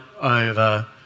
over